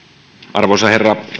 arvoisa herra